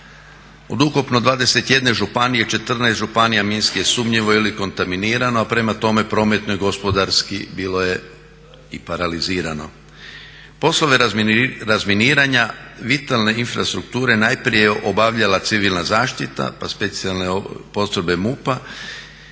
Od ukupno 21 županije, 14 županija minski je sumnjivo ili kontaminirano, a prema tome prometno i gospodarski bilo je i paralizirano. Poslove razminiranja vitalne infrastrukture najprije je obavljala civilna zaštita, pa specijalne postrojbe MUP-a